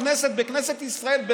בכנסת ישראל,